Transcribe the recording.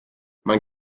man